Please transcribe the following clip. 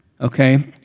Okay